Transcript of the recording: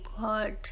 god